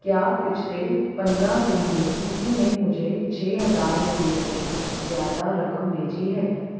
کیا پچھلے پندرہ دن میں کسی نے مجھے چھ ہزار روپے سے زیادہ رقم بھیجی ہے